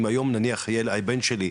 אם היום נניח הבן שלי,